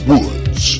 Woods